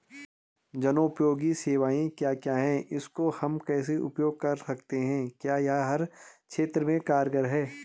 जनोपयोगी सेवाएं क्या क्या हैं इसको हम कैसे उपयोग कर सकते हैं क्या यह हर क्षेत्र में कारगर है?